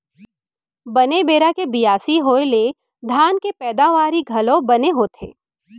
बने बेरा के बियासी होय ले धान के पैदावारी घलौ बने होथे